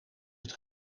het